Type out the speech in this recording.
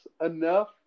enough